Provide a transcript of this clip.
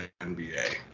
NBA